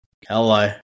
Hello